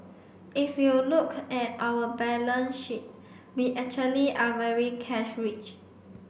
if you look at our balance sheet we actually are very cash rich